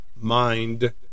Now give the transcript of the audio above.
mind